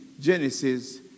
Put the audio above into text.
Genesis